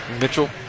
Mitchell